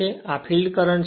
અને આ field current છે